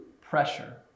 pressure